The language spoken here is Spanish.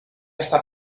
está